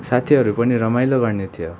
साथीहरू पनि रमाइलो गर्ने थियो